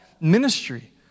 ministry